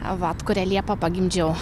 a vat kurią liepą pagimdžiau